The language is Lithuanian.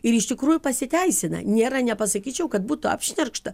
ir iš tikrųjų pasiteisina nėra nepasakyčiau kad būtų apšnerkšta